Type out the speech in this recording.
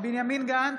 בנימין גנץ,